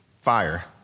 fire